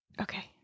okay